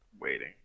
waiting